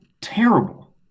terrible